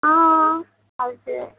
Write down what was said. अँ हजुर